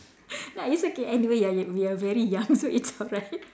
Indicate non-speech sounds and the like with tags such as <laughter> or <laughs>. <laughs> nah it's okay anyway you are we are very young <laughs> so it's alright <laughs>